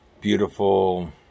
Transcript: beautiful